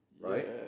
right